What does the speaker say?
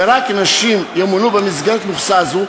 ושרק נשים ימונו במסגרת מכסה זו,